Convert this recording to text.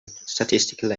statistical